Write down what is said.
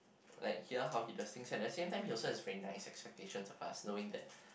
like hear how he does things and at the same time he also have very nice expectations of us knowing that